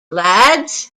lads